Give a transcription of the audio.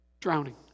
drowning